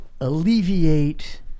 Alleviate